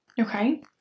okay